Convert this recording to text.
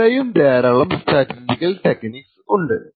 വേറെയും ധാരാളം statistical techniques ഉണ്ട്